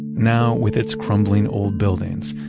now with its crumbling old buildings,